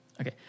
Okay